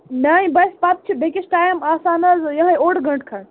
میٛانہِ بَسہِ پَتہٕ چھِ بیٚیہِ کِس ٹایِم آسان حظ یِہوٚے اوٚڈ گٲنٛٹہٕ کھٔنٛڈ